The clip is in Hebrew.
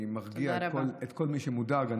אני מרגיע את כל מי שמודאג.